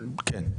כן.